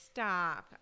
Stop